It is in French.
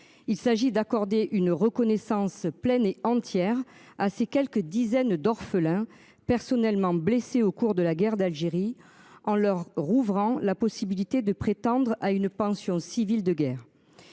Il s'agit d'accorder une reconnaissance pleine et entière à ces quelques dizaines d'orphelins personnellement blessés au cours de la guerre d'Algérie en leur rouvrant la possibilité de prétendre à une pension civile de guerre.